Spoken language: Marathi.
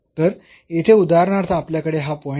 तर येथे उदाहरणार्थ आपल्याकडे हा पॉईंट आहे